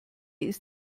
ist